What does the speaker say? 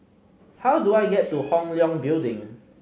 how do I get to Hong Leong Building